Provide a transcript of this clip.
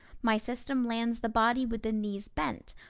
my system lands the body with the knees bent,